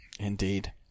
indeed